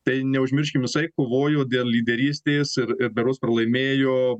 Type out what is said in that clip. tai neužmirškim jisai kovojo dėl lyderystės ir ir berods pralaimėjo